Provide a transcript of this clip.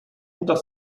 guter